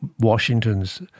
Washington's